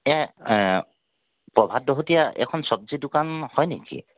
এ এ প্ৰভাত দহতীয়া এইখন চব্জি দোকান হয় নেকি